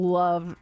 love